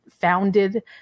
founded